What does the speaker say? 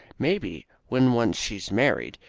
maybe, when once she is married,